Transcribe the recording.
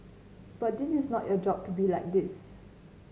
but this is not your job to be like this